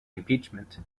impeachment